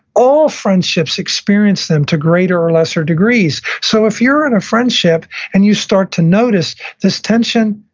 all friendships experience them to greater or lesser degrees. so if you're in a friendship and you start to notice this tension,